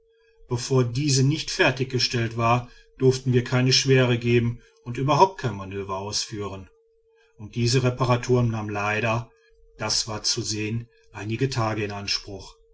bevor diese nicht fertiggestellt war durften wir keine schwere geben und überhaupt kein manöver ausführen und diese reparatur nahm leider das war zu sehen einige tage in anspruch